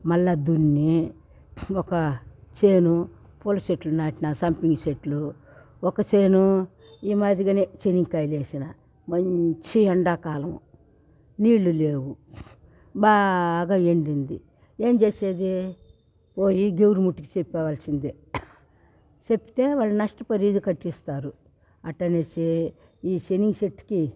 మళ్ల దున్ని ఒక చేను పూల చెట్లు నాటిన సంపంగి చెట్లు ఒక చేను ఈ మాదిరిగానే చెనిక్కాయలు వేసిన మంచి ఎండాకాలం నీళ్లు లేవు బాగా ఎండింది ఏం చేసేది పోయి దేవురుమూటికి చెప్పాల్సిందే చెప్తే వాళ్ళు నష్ట పరీలు కట్టిస్తారు అట్ట అనేసి ఈ చెనిగి చెట్టుకి